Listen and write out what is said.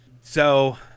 So-